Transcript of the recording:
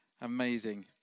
Amazing